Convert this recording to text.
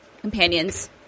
companions